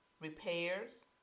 repairs